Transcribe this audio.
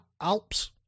Alps